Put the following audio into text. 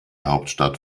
hauptstadt